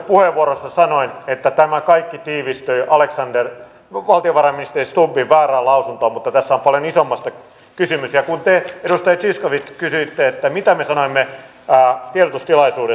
näihin totean että tämä kaikki tiivistyi alexander on nyt käsittelyssä oleva budjettiehdotus kyllä riittää reservin kertausharjoitusten tason ja määrän ylläpitämiseksi tämän vuoden tasolla